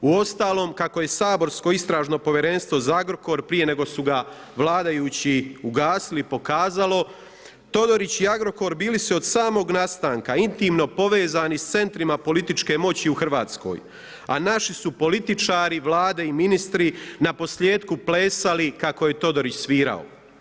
Uostalom, kako je saborsko Istražno povjerenstvo za Agrokor, prije nego su ga vladajući ugasili pokazalo, Todorić i Agrokor bili su od samog nastanka intimno povezani s centrima političke moći u RH, a naši su političari, Vlada i ministri naposlijetku plesali kako je Todorić svirao.